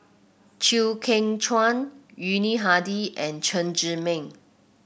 Chew Kheng Chuan Yuni Hadi and Chen Zhiming